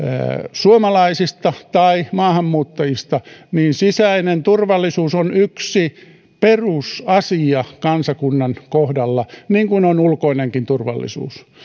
suomalaisista tai maahanmuuttajista niin sisäinen turvallisuus on yksi perusasia kansakunnan kohdalla niin kuin on ulkoinenkin turvallisuus